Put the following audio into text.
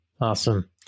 awesome